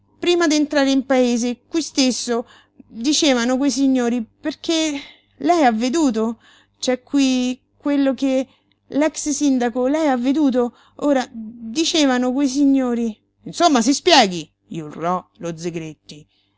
prima d'entrare in paese qui stesso dicevano quei signori perché lei ha veduto c'è qui quello che l'ex-sindaco lei ha veduto ora dicevano quei signori insomma si spieghi gli urlò lo